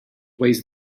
weighs